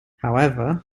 however